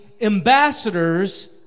ambassadors